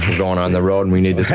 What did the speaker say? and on on the road and we need